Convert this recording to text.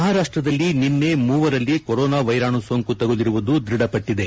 ಮಹಾರಾಷ್ಟದಲ್ಲಿ ನಿನ್ನೆ ಮೂವರಲ್ಲಿ ಕೊರೋನಾ ವೈರಾಣು ಸೋಂಕು ತಗಲಿರುವುದು ದೃಢಪಟ್ಟದೆ